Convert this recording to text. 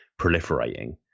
proliferating